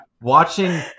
watching